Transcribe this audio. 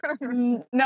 No